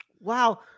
Wow